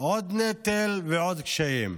עוד נטל ועוד קשיים.